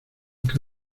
que